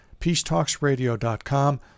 peacetalksradio.com